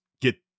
get